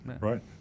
right